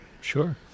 Sure